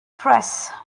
press